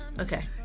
okay